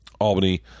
Albany